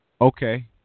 Okay